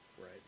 Right